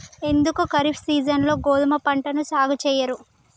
ఎందుకు ఖరీఫ్ సీజన్లో గోధుమ పంటను సాగు చెయ్యరు?